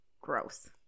gross